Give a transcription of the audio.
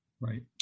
Right